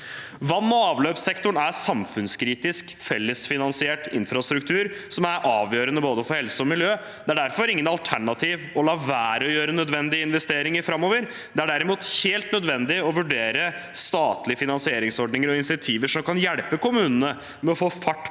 Vann- og avløpssektoren er samfunnskritisk fellesfinansiert infrastruktur som er avgjørende for både helse og miljø. Det er derfor ikke et alternativ å la være å gjøre nødvendige investeringer framover. Det er derimot helt nødvendig å vurdere statlige finansieringsordninger og insentiver som kan hjelpe kommunene med å få fart på nødvendige